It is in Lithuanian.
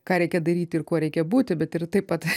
ką reikia daryti ir kuo reikia būti bet ir taip pat